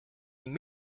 ning